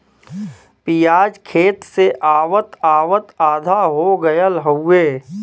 पियाज खेत से आवत आवत आधा हो गयल हउवे